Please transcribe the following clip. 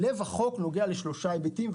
לב החוק נוגע לשלושה היבטים,